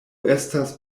estas